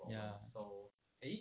ya